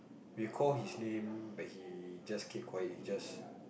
we call his name but he just keep quiet he just